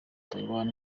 taiwan